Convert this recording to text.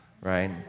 right